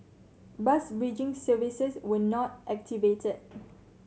bus bridging services were not activated